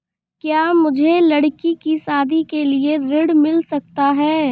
क्या मुझे लडकी की शादी के लिए ऋण मिल सकता है?